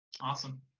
Awesome